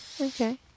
Okay